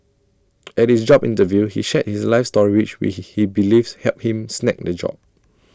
at his job interview he shared his life story which he believes helped him snag the job